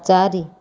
ଚାରି